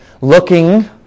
Looking